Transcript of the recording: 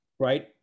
Right